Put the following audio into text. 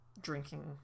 drinking